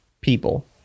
people